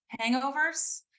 hangovers